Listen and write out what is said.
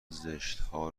زشتها